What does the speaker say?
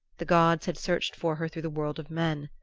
the gods had searched for her through the world of men.